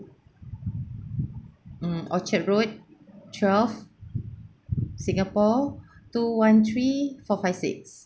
mm orchard road twelve singapore two one three four five six